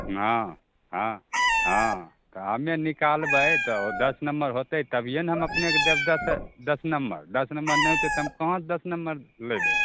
हँ हँ हँ तऽ हम्मे निकालबै तऽ दस नम्बर होतै तभिए ने हम अपनेके देब दस दस नम्बर दस नम्बर नहि होतै तऽ हम कहाँ से दस नम्बर लैबै